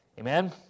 Amen